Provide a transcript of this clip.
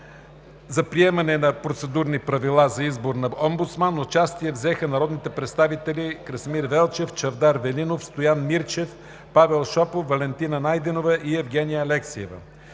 за приемане на Процедурните правила за избор на омбудсман участие взеха народните представители Красимир Велчев, Чавдар Велинов, Стоян Мирчев, Павел Шопов, Валентина Найденова и Евгения Алексиева.